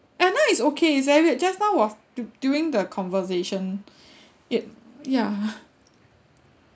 ah now it's okay it's alright just now was du~ during the conversation it ya